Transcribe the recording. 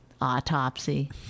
autopsy